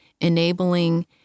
enabling